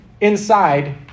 Inside